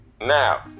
Now